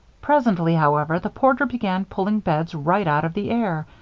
presently, however, the porter began pulling beds right out of the air,